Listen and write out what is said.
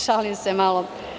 Šalim se malo.